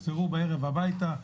יחזרו בערב הביתה,